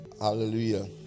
Hallelujah